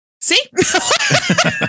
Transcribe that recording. see